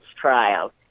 trial